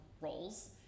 roles